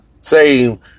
say